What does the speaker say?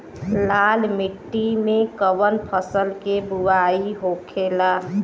लाल मिट्टी में कौन फसल के बोवाई होखेला?